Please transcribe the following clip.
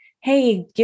hey